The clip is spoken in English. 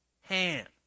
hand